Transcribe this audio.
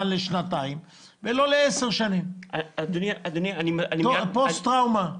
ולא לעשר שנים פוסט טראומה.